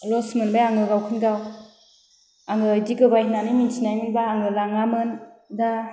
लस मोनबाय आङो गावखौनो गाव आङो इदि गोबाय होन्नानै मिथिनाय मोनबा आङो लाङामोन दा